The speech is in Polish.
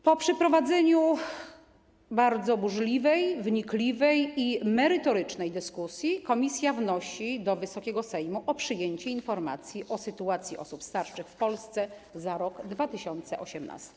Po przeprowadzeniu bardzo burzliwej, wnikliwej i merytorycznej dyskusji komisja wnosi do Wysokiego Sejmu o przyjęcie informacji o sytuacji osób starszych w Polsce za rok 2018.